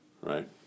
Right